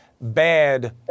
bad